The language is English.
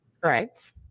Correct